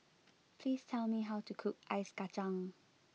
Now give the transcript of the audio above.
please tell me how to cook Ice Kacang